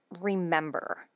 remember